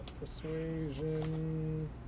Persuasion